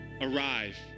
arrive